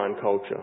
culture